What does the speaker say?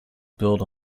built